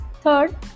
third